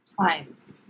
times